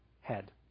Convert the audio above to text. head